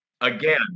again